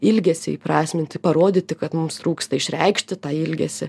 ilgesį įprasminti parodyti kad mums trūksta išreikšti tą ilgesį